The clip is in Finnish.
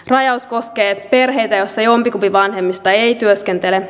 rajaus koskee perheitä joissa jompikumpi vanhemmista ei työskentele